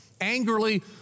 angrily